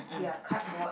they are cardboard